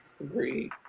Agreed